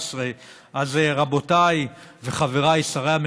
נוכה 1.75% על פי חוק הפיקוח על שירותים